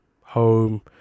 home